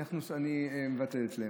אני מבטלת להם.